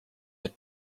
had